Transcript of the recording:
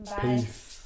Peace